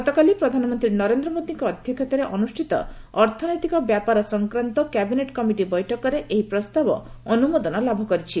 ଗତକାଲି ପ୍ରଧାନମନ୍ତ୍ରୀ ନରେନ୍ଦ୍ ମୋଦୀଙ୍କ ଅଧ୍ୟକ୍ଷତାରେ ଅନୁଷ୍ଠିତ ଅର୍ଥନୈତିକ ବ୍ୟାପାର ସଂକ୍ୱାନ୍ତୀୟ କ୍ୟାବିନେଟ୍ କମିଟି ବୈଠକରେ ଏହି ପ୍ରସ୍ତାବ ଅନୁମୋଦନ ଲାଭ କରିଛି